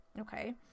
okay